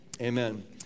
Amen